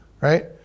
right